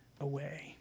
away